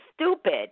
stupid